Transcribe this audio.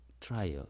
trial